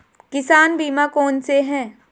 किसान बीमा कौनसे हैं?